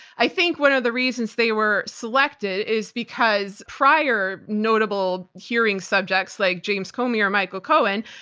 i think one of the reasons they were selected is because prior notable hearing subjects, like james comey or michael cohen,